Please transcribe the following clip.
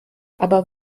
aber